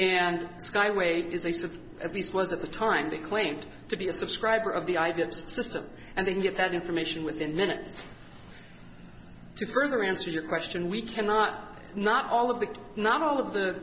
and skyway at least was at the time they claimed to be a subscriber of the ideal system and they can get that information within minutes to further answer your question we cannot not all of the not all of the